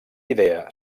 idea